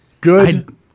Good